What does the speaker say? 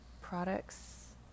products